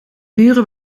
buren